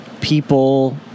people